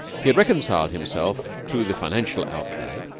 he had reconciled himself to the financial outlay.